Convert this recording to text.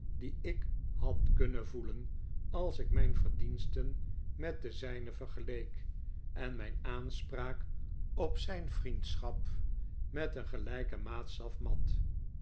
die ik had kunnen voelen als ik mijn verdiensten met de zijne vergeleek en mijn aanspraak op zijn vriendschap met een gelijken maatstaf mat